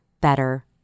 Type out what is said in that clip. better